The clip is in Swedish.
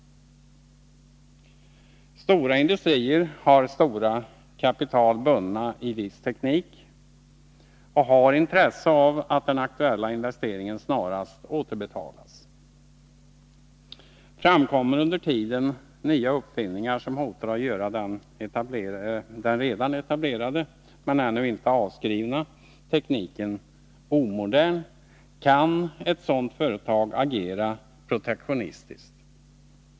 Stora industrier har stora kapital bundna i en viss teknik och har intresse av att den aktuella investeringen snarast återbetalas. Framkommer under tiden nya uppfinningar som hotar att göra den redan etablerade, men ännu inte avskrivna, tekniken omodern, kan ett sådant företag agera protektionistiskt.